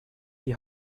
die